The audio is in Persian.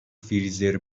فریزر